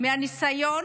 מניסיון